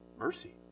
Mercy